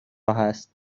هست